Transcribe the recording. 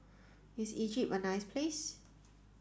is Egypt a nice place